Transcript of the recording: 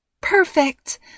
Perfect